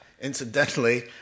incidentally